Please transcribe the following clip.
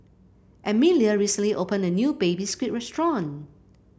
Emelie recently opened a new Baby Squid restaurant